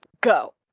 go